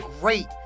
great